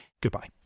goodbye